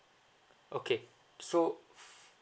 okay so